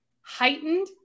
heightened